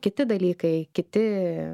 kiti dalykai kiti